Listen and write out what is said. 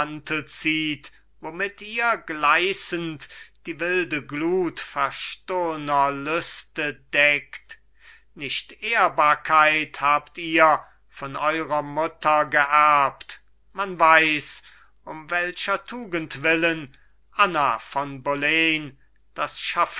womit ihr gleißend die wilde glut verstohlner lüste deckt nicht ehrbarkeit habt ihr von eurer mutter geerbt man weiß um welcher tugend willen anna von boleyn